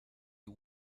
the